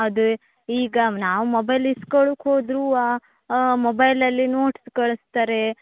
ಅದು ಈಗ ನಾವು ಮೊಬೈಲ್ ಇಸ್ಕೊಳ್ಳೋಕ್ಕೆ ಹೋದರು ಮೊಬೈಲಲ್ಲಿ ನೋಟ್ಸ್ ಕಳಿಸ್ತಾರೆ